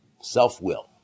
self-will